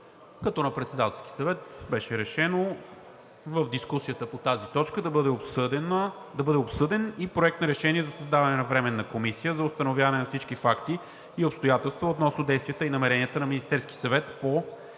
На Председателския съвет беше решено в дискусията по тази точка да бъде обсъден и Проект на решение за създаване на Временна комисия за установяване на всички факти и обстоятелства относно действията и намеренията на Министерския съвет по отношение